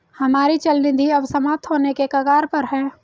हमारी चल निधि अब समाप्त होने के कगार पर है